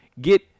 Get